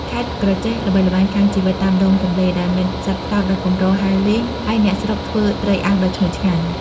ខេត្តក្រចេះល្បីល្បាញខាងជីវិតតាមដងទន្លេ ដែលមានសត្វផ្សោតដ៏កម្រហែលលេង ហើយអ្នកស្រុកធ្វើត្រីអាំងដ៏ឈ្ងុយឆ្ងាញ់។